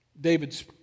David's